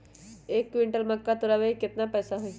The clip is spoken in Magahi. एक क्विंटल मक्का तुरावे के केतना पैसा होई?